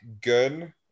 good